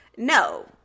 No